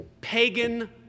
pagan